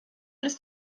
ist